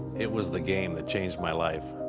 it was the game that changed my life.